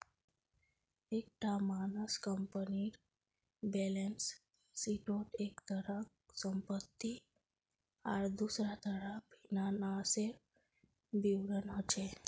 एक टा मानक कम्पनीर बैलेंस शीटोत एक तरफ सम्पति आर दुसरा तरफ फिनानासेर विवरण होचे